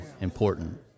important